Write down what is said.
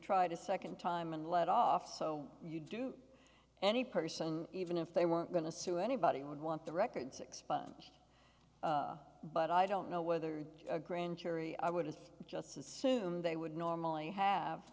a second time and let off so you do any person even if they weren't going to sue anybody would want the records expunged but i don't know whether a grand jury i wouldn't just assume they would normally have